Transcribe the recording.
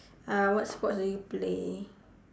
uh what sports do you play